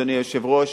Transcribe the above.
אדוני היושב-ראש,